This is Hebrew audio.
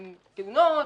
תאונות.